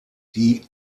die